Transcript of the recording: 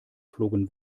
flogen